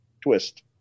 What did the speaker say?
twist